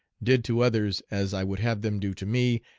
did to others as i would have them do to me,